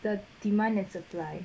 the demand and supply